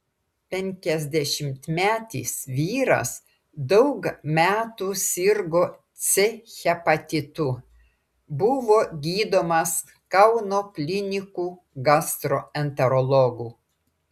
penkiasdešimtmetis vyras daug metų sirgo c hepatitu buvo gydomas kauno klinikų gastroenterologų